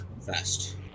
Fast